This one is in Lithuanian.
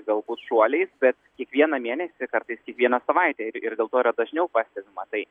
galbūt šuoliais bet kiekvieną mėnesį kartais kiekvieną savaitę ir ir dėl to yra dažniau pastebima tai